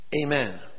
Amen